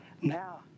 Now